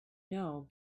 know